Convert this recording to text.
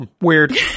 Weird